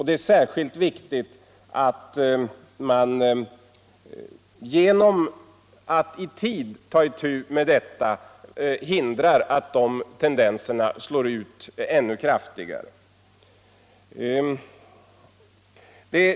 Det är särskilt viktigt att man genom att i tid ta itu med dessa tendenser hindrar dem att slå igenom ännu kraftigare.